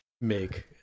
make